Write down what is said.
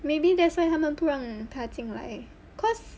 maybe that's why 他们不让他进来 cause